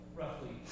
roughly